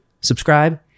subscribe